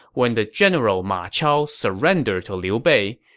when the general ma chao surrendered to liu bei,